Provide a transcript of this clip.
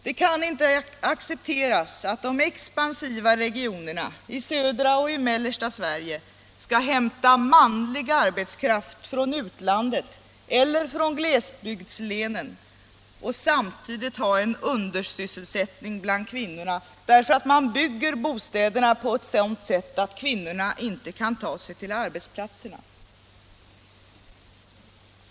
Det kan inte accepteras att de expansiva regionerna i södra och mellersta Sverige skall hämta manlig arbetskraft från utlandet eller från glesbygdslänen och samtidigt ha en undersysselsättning bland kvinnor därför att man bygger på ett sådant sätt att kvinnorna inte kan ta sig till arbetsplatserna.